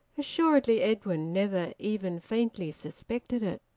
assuredly edwin never even faintly suspected it.